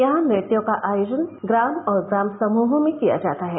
यहां नृत्यों का आयोजन ग्राम और ग्राम समूहों में किया जाता है